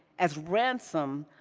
as ransom,